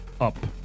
up